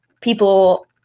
people